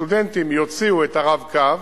שהסטודנטים יוציאו "רב-קו"